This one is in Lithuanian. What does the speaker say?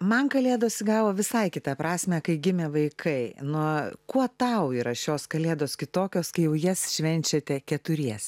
man kalėdas įgavo visai kitą prasmę kai gimė vaikai nuo kuo tau yra šios kalėdos kitokios kai jau jas švenčiate keturiese